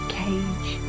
cage